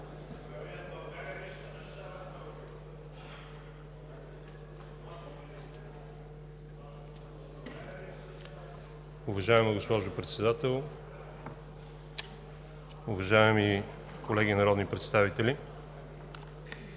Уважаема госпожо Председател, уважаеми колеги народни представители!